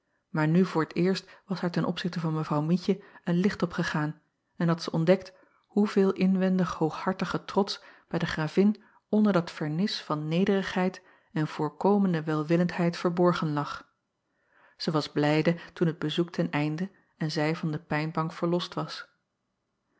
maar nu voor t eerst was haar ten opzichte van w ietje een licht opgegaan en had zij ontdekt hoeveel inwendig hooghartige trots bij de ravin onder dat vernis van nederigheid en voorkomende welwillendheid verborgen lag ij was blijde toen het bezoek ten einde en zij van de pijnbank verlost was